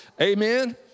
Amen